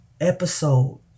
episode